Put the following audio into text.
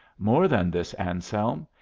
more than this, anselm,